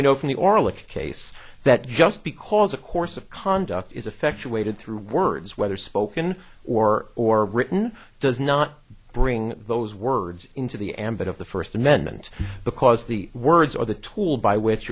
we know from the orlik case that just because a course of conduct is effectuated through words whether spoken or or written does not bring those words into the ambit of the first amendment because the words are the tool by which